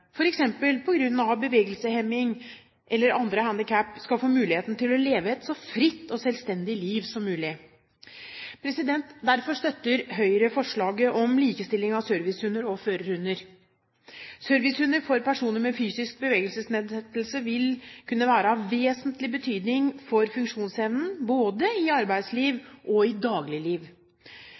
bevegelseshemming eller andre handikap, skal få muligheten til å leve et så fritt og selvstendig liv som mulig. Derfor støtter Høyre forslaget om likestilling av servicehunder og førerhunder. Servicehunder for personer med fysisk bevegelsesnedsettelse vil kunne være av vesentlig betydning for funksjonsevnen, både i arbeidsliv og i